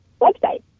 website